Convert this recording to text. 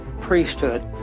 priesthood